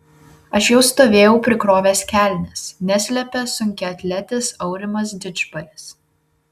aš jau stovėjau prikrovęs kelnes neslepia sunkiaatletis aurimas didžbalis